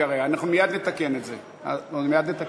רגע, אנחנו מייד נתקן את זה, מייד נתקן.